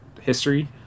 history